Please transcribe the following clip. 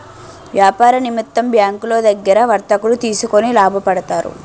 వ్యాపార నిమిత్తం బ్యాంకులో దగ్గర వర్తకులు తీసుకొని లాభపడతారు